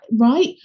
Right